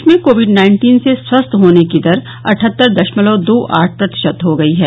देश में COVID nineteen से स्वस्थ होने की दर अठहत्तर दशमलव दो आठ प्रतिशत हो गई है